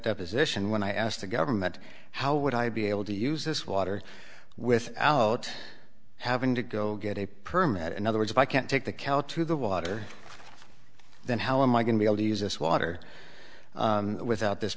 deposition when i asked the government how would i be able to use this water without having to go get a permit in other words if i can't take the cal to the water then how am i gonna be able to use this water without this